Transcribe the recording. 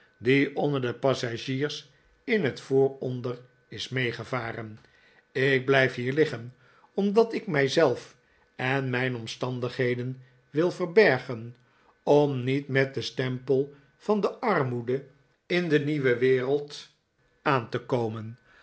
die onder de passagiers in het vooronder is meegevaren ik blijf hier liggen omdat ik mij zelf en mijn omstandigheden wil verbergen om niet met den stempel van de armoede in de nieuwe wereld aan te komen